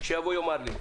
שיאמר לי.